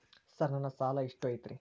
Sir ನನ್ನ ಸಾಲಾ ಎಷ್ಟು ಐತ್ರಿ?